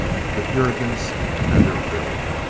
the puritans had their fill.